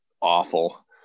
awful